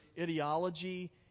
ideology